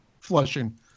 Flushing